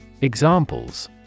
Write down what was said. Examples